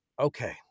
Okay